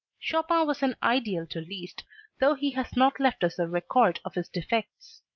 chopin was an ideal to liszt though he has not left us a record of his defects.